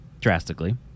drastically